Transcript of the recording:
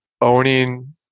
owning